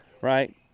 right